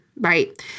right